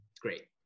Great